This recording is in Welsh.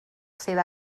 sydd